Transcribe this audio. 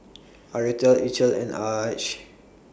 Aretha Eithel and Arch